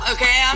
Okay